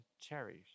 cherish